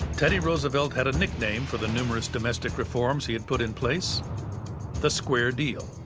teddy roosevelt had a nickname for the numerous domestic reforms he had put in place the square deal.